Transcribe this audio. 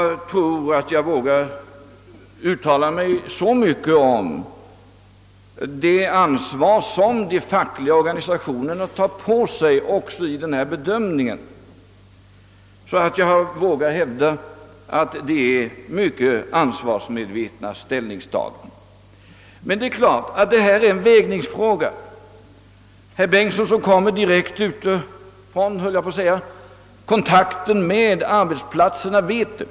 Jag vågar hävda att de fackliga organisationerna också i den bedömningen är mycket ansvarsmedvetna. Men här har vi självfallet en avvägningsfråga. Herr Bengtsson i Landskrona, som så att säga har direkt kontakt med arbetsplatserna, vet det.